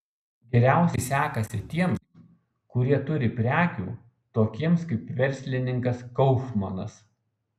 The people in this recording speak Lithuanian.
geriausiai sekasi tiems kurie turi prekių tokiems kaip verslininkas kaufmanas